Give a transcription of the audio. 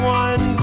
one